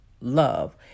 love